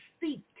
seek